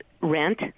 rent